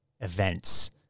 events